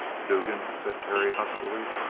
dugan! said terry huskily.